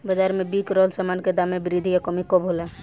बाज़ार में बिक रहल सामान के दाम में वृद्धि या कमी कब होला?